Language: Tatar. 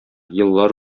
еллар